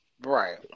right